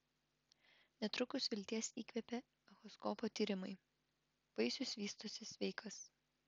netrukus vilties įkvėpė echoskopo tyrimai vaisius vystosi sveikas